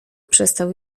przestał